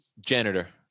Janitor